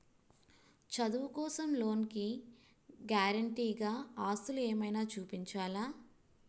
చదువు కోసం లోన్ కి గారంటే గా ఆస్తులు ఏమైనా చూపించాలా?